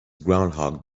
groundhog